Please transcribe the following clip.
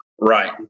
Right